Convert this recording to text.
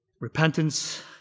Repentance